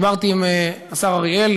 דיברתי עם השר אריאל,